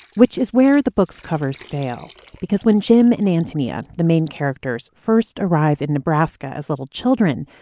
which is where the book's covers fail because when jim and antonia, the main characters, first arrive in nebraska as little children,